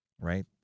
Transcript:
right